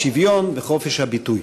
כמו השוויון וחופש הביטוי.